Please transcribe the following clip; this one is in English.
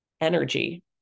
energy